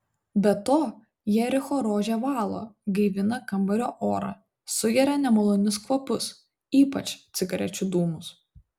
be to jericho rožė valo gaivina kambario orą sugeria nemalonius kvapus ypač cigarečių dūmus